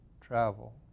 travel